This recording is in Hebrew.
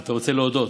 אתה רוצה להודות?